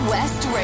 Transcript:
West